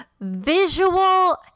visual